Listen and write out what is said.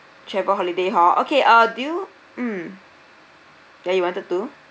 travel holiday hor okay uh do you mm where you wanted to